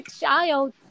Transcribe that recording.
child